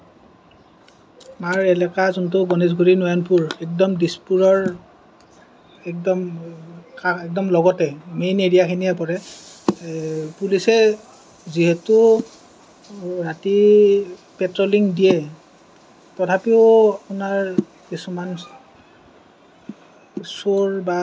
আমাৰ এলেকা যোনটো গণেশগুৰি নয়নপুৰ একদম দিছপুৰৰ একদম একদম লগতে মেইন এৰিয়াখিনিয়ে পৰে পুলিচে যিহেতু ৰাতি পেট্ৰলিং দিয়ে তথাপিও আপোনাৰ কিছুমান চোৰ বা